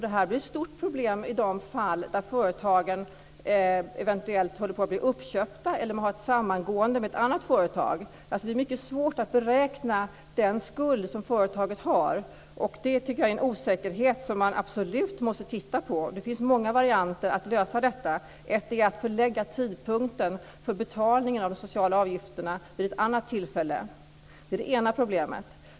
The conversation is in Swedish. Detta blir ett stort problem i de fall där företagen eventuellt håller på att bli uppköpta eller går samman med ett annat företag. Det är mycket svårt att beräkna den skuld som företaget har. Jag tycker att det är en osäkerhet som man absolut måste titta på. Det finns många varianter för att lösa detta. En är att förlägga tidpunkten för betalningen av de sociala avgifterna till ett annat tillfälle. Det är de ena problemet.